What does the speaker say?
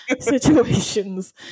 situations